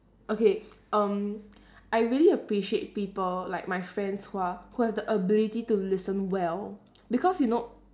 okay um I really appreciate people like my friends who are who have the ability to listen well because you know